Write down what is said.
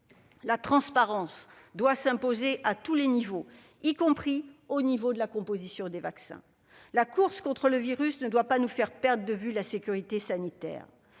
La transparence doit s'imposer à tous les niveaux, y compris pour la composition des vaccins. La course contre le virus ne doit pas nous faire perdre de vue la sécurité sanitaire.